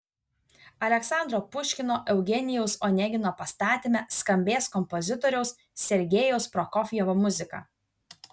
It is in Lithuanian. aleksandro puškino eugenijaus onegino pastatyme skambės kompozitoriaus sergejaus prokofjevo muzika